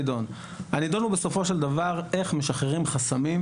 הנידון הוא בסופו של דבר איך משחררים חסמים,